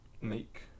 make